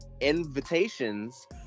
invitations